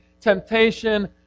temptation